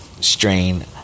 strain